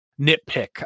nitpick